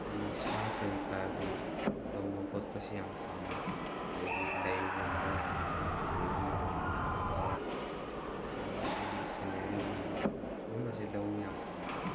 ꯑꯩ ꯁꯥ ꯀꯩꯀꯥꯒꯤ ꯂꯧꯕ ꯈꯣꯠꯄꯁꯤ ꯌꯥꯝ ꯄꯥꯝꯃꯦ ꯑꯗꯨꯗꯒꯤ ꯂꯩꯒꯨꯝꯕ ꯑꯗꯨꯗꯒꯤ ꯑꯩꯈꯣꯏꯒꯤ ꯁꯤꯅꯔꯤꯒꯨꯝꯕ ꯁꯤꯒꯨꯝꯕꯁꯦ ꯂꯧꯕ ꯌꯥꯝ ꯄꯥꯝꯃꯦ